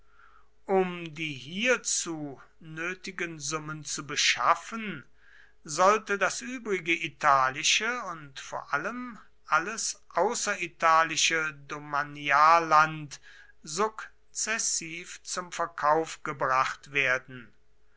um die hierzu nötigen summen zu beschaffen sollte das übrige italische und vor allem alles außeritalische domanialland sukzessiv zum verkauf gebracht werden